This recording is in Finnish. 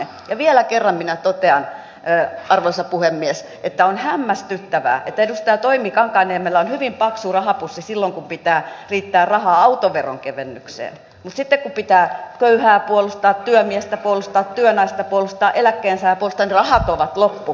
ja vielä kerran minä totean arvoisa puhemies että on hämmästyttävää että edustaja toimi kankaanniemellä on hyvin paksu rahapussi silloin kun pitää riittää rahaa autoveron kevennykseen mutta sitten kun pitää köyhää puolustaa työmiestä puolustaa työnaista puolustaa eläkkeensaajaa puolustaa niin rahat ovat loppu